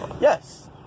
Yes